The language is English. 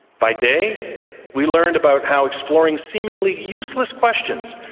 by day we learned about how exploring seemingly useless questions,